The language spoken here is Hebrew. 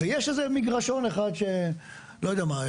ויש איזה מגרשון אחד שלא יודע מה,